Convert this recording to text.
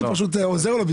אני פשוט עוזר לו.